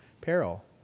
peril